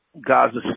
Gaza